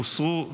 הוסרו.